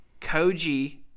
Koji